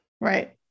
Right